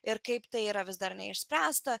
ir kaip tai yra vis dar neišspręsta